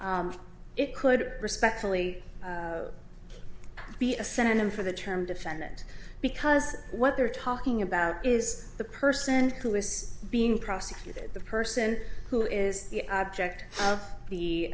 d it could respectfully be a synonym for the term defendant because what they're talking about is the person who is being prosecuted the person who is the object of the